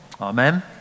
amen